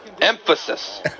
Emphasis